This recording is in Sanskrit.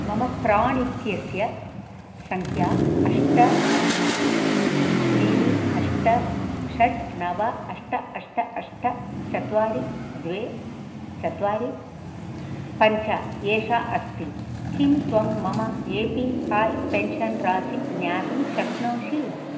मम प्राण् इत्यस्य सङ्ख्या अष्ट त्रीणि अष्ट षट् नव अष्ट अष्ट अष्ट चत्वारि द्वे चत्वारि पञ्च एषा अस्ति किं त्वं मम ए पी हाय् पेन्शन् रासिं ज्ञातुं शक्नोषि